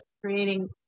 creating